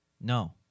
No